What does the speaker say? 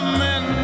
men